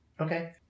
Okay